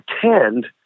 pretend